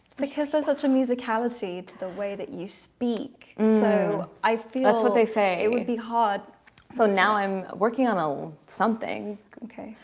because there's such a musicality to the way that you speak. so i feel what they say. it would be hard so now i'm working on a something okay,